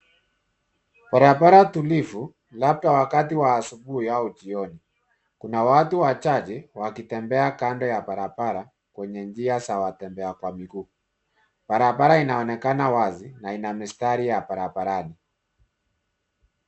Barabara tulivu, labda wakati wa asubuhi au jioni. Kuna watu wachache wakitembea kando ya barabara kwenye njia za watembea kwa miguu. Barabara inaonekana wazi na ina mistari ya barabarani.